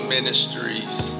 Ministries